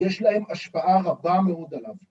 ‫יש להם השפעה רבה מאוד עליו.